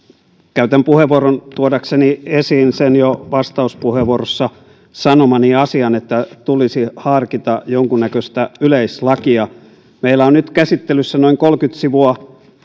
käytän puheenvuoron tuodakseni esiin sen jo vastauspuheenvuorossa sanomani asian että tulisi harkita jonkunnäköistä yleislakia meillä on nyt käsittelyssä noin kolmekymmentä sivua